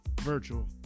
Virtual